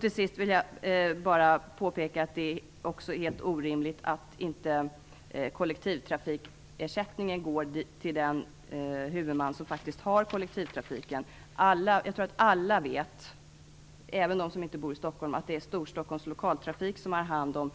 Till sist vill jag bara påpeka att det också är helt orimligt att kollektivtrafikersättningen inte går till den huvudman som har hand om kollektivtrafiken. Jag tror att alla, även de som inte bor i Stockholm, vet att det är Storstockholms Lokaltrafik som har hand om